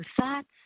thoughts